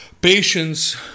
patience